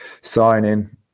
signing